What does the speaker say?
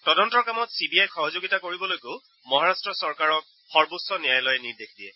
তদন্তৰ কামত চিবিআইক সহযোগিতা কৰিবলৈকো মহাৰাট্ট চৰকাৰক সৰ্বোচ্চ ন্যয়ালয়ে নিৰ্দেশ দিয়ে